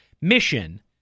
mission